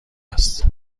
است